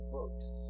books